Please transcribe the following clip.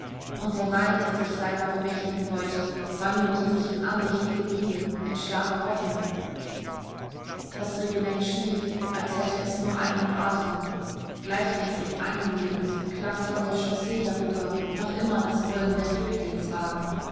und der neid der sich seiner bemächtigen wollte wandelte sich in andächtige liebe in starke hoffnung das regiment schlief als hätte es nur einen atem gleichmäßig einlullend klang von der chaussee herüber noch immer das rollen der flüchtlingswagen